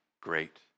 great